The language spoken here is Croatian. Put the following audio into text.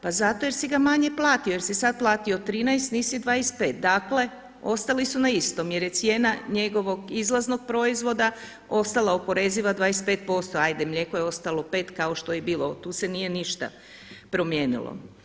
Pa zato jer si ga manje plati, jer si sada platio 13 nisi 25, dakle ostali su na istom jer je cijena njegovog izlaznog proizvoda ostala oporeziva 25%, ajde mlijeko je ostalo pet kao što je i bilo tu se nije ništa promijenilo.